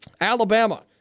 Alabama